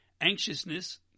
anxiousness